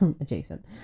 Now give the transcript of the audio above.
Adjacent